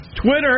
Twitter